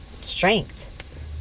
strength